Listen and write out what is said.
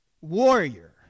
warrior